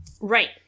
Right